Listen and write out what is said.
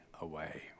away